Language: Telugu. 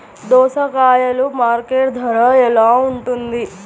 దోసకాయలు మార్కెట్ ధర ఎలా ఉంటుంది?